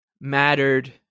mattered